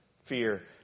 Fear